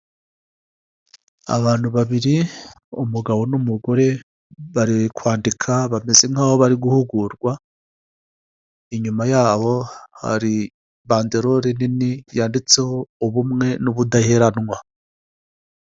Abantu babiri umugabo n'umugore bari kwandika bameze nkaho bari guhugurwa, inyuma yabo hari banderore nini yanditseho ubumwe n'ubudaheranwa.